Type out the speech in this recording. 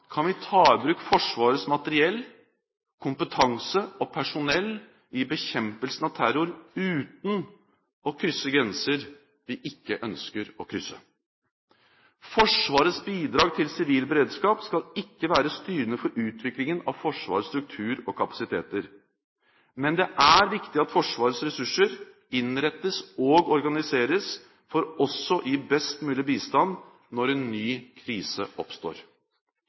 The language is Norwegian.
kan vi ta i bruk Forsvarets materiell, kompetanse og personell i bekjempelsen av terror uten å krysse grenser vi ikke ønsker å krysse? Forsvarets bidrag til sivil beredskap skal ikke være styrende for utviklingen av Forsvarets struktur og kapasitet. Men det er viktig at Forsvarets ressurser innrettes og organiseres for også å gi best mulig bistand når en ny krise oppstår.